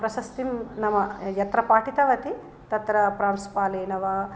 प्रशस्तिं नाम यत्र पाठितवती तत्र प्रान्सुपालेन वा